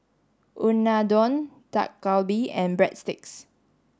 Unadon Dak Galbi and Breadsticks